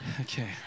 okay